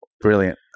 Brilliant